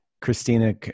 Christina